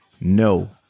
no